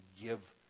give